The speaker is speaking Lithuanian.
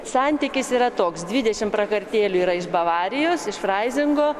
santykis yra toks dvidešim prakartėlių yra iš bavarijos iš fraizingo